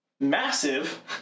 massive